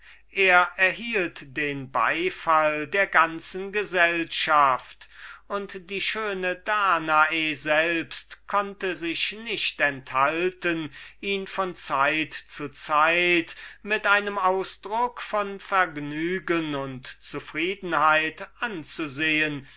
er erhielt den beifall der ganzen gesellschaft und die schöne danae selbst konnte sich nicht enthalten ihn von zeit zu zeit mit einem ausdruck von vergnügen und zufriedenheit anzusehen